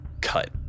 cut